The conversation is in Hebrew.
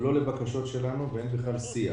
ולא לבקשות שלנו, ואין בכלל שיח.